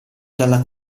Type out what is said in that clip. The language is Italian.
dalla